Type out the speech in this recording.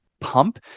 pump